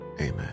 amen